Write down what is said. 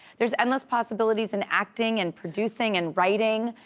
there's endless possibilities in acting and producing and writing.